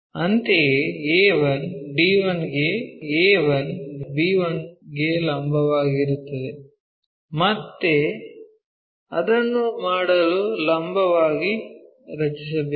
ಅಂತೆಯೇ a1 d1 ಗೆ a1 b1 ಗೆ ಲಂಬವಾಗಿರುತ್ತದೆ ಮತ್ತೆ ಅದನ್ನು ಮಾಡಲು ಲಂಬವಾಗಿ ರಚಿಸಬೇಕು